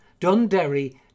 Dunderry